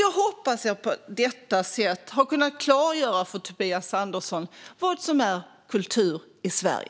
Jag hoppas att jag på detta sätt har kunnat klargöra för Tobias Andersson vad som är kultur i Sverige.